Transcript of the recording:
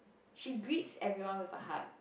she greets everyone with a hug